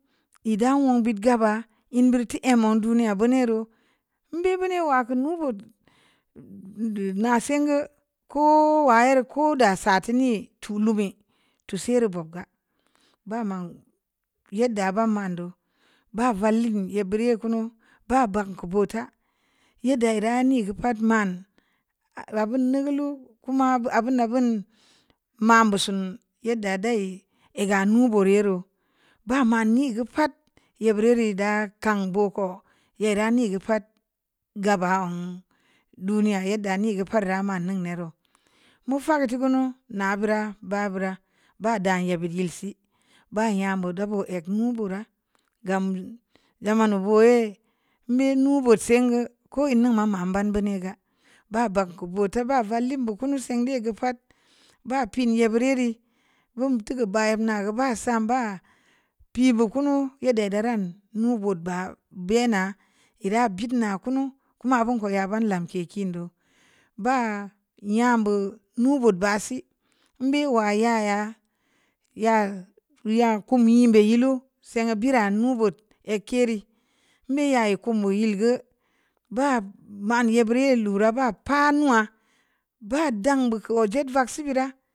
Ii dan wonə bit ga ba əm bur te əm mōo duniya buni reu bibi nii wa kunu bōot da na sengə kōo wa ye' reu kō da sa limi tulu mii tō siiri bob gə ba man yedda ba man dō ba valii yē bureu kunu ba banku bō ta yedda a rani gə pa'at man abun naguluō kō ma abun abun ma bu sun yedda da'ē a ganu burē reu ba mani gə pa'at ye bunii da gam bōo ko ye ra ni gə pa'at gaba'un duniya yedda nē gə pa'at rama reu ne reu mufanko tukunu na bēra ba bira ba dan ye bi el si ba yam bō dō bōo ek nu bura gamu gamu nu go'ae buni kə bud sēngə ko yii ma ban bē ni ga ba banku volaralim buku nu sēndē gə pa'at ba pin ye buru re' von tuku ban ngə ba sanba pii bukunu ye dē da ran nu gōod ba bēna ha bet na kunu koma a bun ko ya ba lake kin dōo ba yam bə nu bud ba si əm bē wa yaya yaəə ya kumu ē bē lēu seng' bia nu bōt ek kirii bi ya ye kumue'l gə ba mani'a biri lura ba pa nuhwa ba dam baikō je' vaksi bii da.